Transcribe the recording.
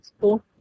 cool